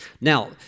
Now